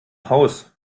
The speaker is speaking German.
haus